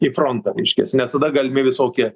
į frontą reiškias nes tada galimi visokie